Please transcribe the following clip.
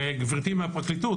גברתי ממשרד המשפטים,